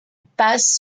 passe